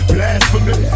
Blasphemy